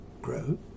grow